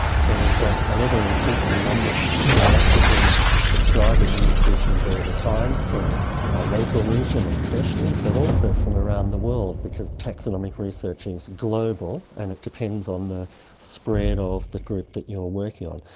so we've got an ever increasing number because we are actively describing new species all the time, from our local region especially, but also from around the world because taxonomic research is global and it depends on the spread of the group that you're working on.